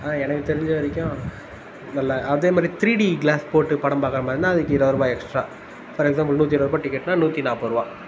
ஆனால் எனக்கு தெரிஞ்ச வரைக்கும் நல்லா அதே மாதிரி த்ரீடி கிளாஸ் போட்டு படம் பார்க்குற மாதிரினா அதுக்கு இருபது ருபாய் எக்ஸ்டரா ஃபார் எக்ஸ்சாம்பில் நூற்றி இருபது ருபாய் டிக்கெட்டுனா நூற்றி நாற்பது ருபாய்